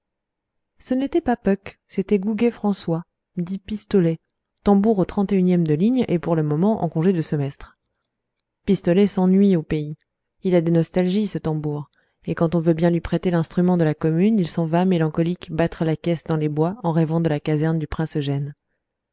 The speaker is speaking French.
ce n'était pas puck c'était gouguet françois dit pistolet tambour au e de ligne et pour le moment en congé de semestre pistolet s'ennuie au pays il a des nostalgies ce tambour et quand on veut bien lui prêter l'instrument de la commune il s'en va mélancolique battre la caisse dans les bois en rêvant de la caserne du